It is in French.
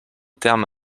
terme